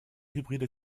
hybride